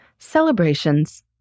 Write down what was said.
Celebrations